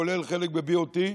כולל חלק ב-BOT,